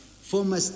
former